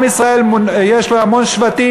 עם ישראל יש לו המון שבטים,